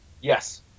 Yes